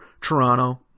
Toronto